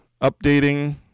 updating